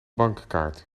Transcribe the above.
bankkaart